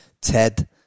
Ted